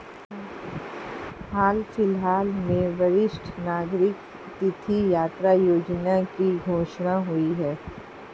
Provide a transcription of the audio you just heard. हाल फिलहाल में वरिष्ठ नागरिक तीर्थ यात्रा योजना की घोषणा हुई है